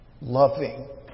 loving